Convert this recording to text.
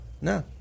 No